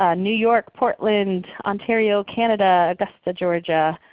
ah new york, portland, ontario, canada, augusta, georgia,